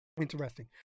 interesting